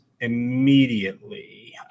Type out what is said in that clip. immediately